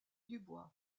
dubois